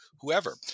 whoever